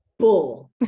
Bull